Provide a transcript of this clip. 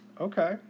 Okay